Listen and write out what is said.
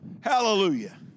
Hallelujah